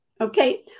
Okay